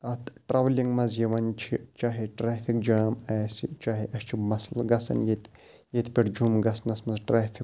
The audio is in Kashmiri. اَتھ ٹرٛولِنٛگ منٛز یِوان چھِ چاہے ٹرٛیفِک جام آسہِ چاہے اَسہِ چھُ مَسلہٕ گژھان ییٚتہِ ییٚتہِ پٮ۪ٹھ جوٚم گژھنَس منٛز ٹرٛیفِک